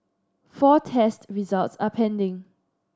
four test results are pending